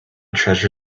treasure